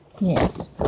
Yes